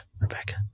Rebecca